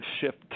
shift